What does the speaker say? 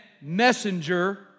messenger